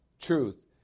Truth